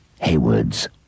Haywards